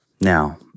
Now